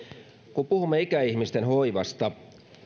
kun puhumme ikäihmisten hoivasta